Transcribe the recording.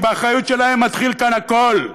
שבאחריות שלהם מתחיל כאן הכול.